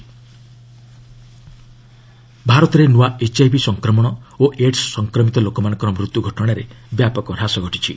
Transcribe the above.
UN India AIDS ଭାରତରେ ନୂଆ HIV ସଂକ୍ରମଣ ଓ ଏଡ୍ସ୍ ସଂକ୍ରମିତ ଲୋକମାନଙ୍କ ମୃତ୍ୟୁ ଘଟଣାରେ ବ୍ୟାପକ ହ୍ରାସ ଘଟିଛି